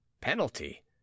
Penalty